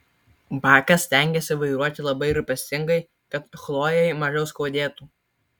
bakas stengėsi vairuoti labai rūpestingai kad chlojei mažiau skaudėtų